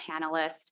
panelist